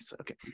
Okay